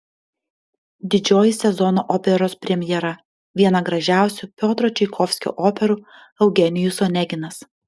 didžioji sezono operos premjera viena gražiausių piotro čaikovskio operų eugenijus oneginas